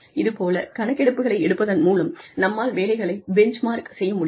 இதுபோல கணக்கெடுப்புகளை எடுப்பதன் மூலம் நம்மால் வேலைகளை பெஞ்ச்மார்க் செய்ய முடியும்